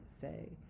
say